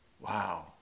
Wow